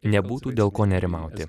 nebūtų dėl ko nerimauti